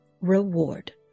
reward